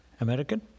American